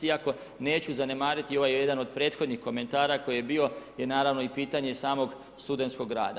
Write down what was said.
Iako neću zanemariti i ovaj jedan od prethodnih komentara koji je bio, je naravno i pitanje samog studentskog rada.